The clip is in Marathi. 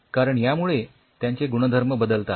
कारण यामुळे त्यांचे गुणधर्म बदलतात